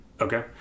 Okay